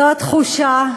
זו התחושה,